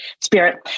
spirit